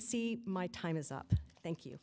see my time is up thank you